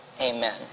Amen